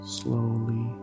slowly